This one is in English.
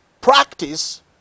practice